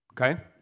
Okay